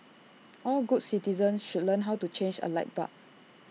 all good citizens should learn how to change A light bulb